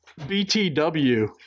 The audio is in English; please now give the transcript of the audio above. BTW